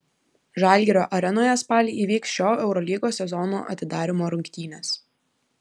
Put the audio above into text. žalgirio arenoje spalį įvyks šio eurolygos sezono atidarymo rungtynės